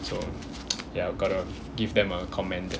so ya gotta give them a commend